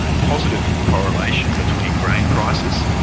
ah positive correlation between grain prices.